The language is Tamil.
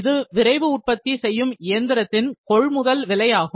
இது விரைவு உற்பத்தி செய்யும் இயந்திரத்தின் கொள்முதல் விலை ஆகும்